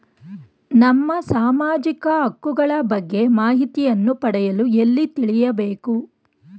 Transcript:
ನಮ್ಮ ಸಾಮಾಜಿಕ ಹಕ್ಕುಗಳ ಬಗ್ಗೆ ಮಾಹಿತಿಯನ್ನು ಪಡೆಯಲು ಎಲ್ಲಿ ತಿಳಿಯಬೇಕು?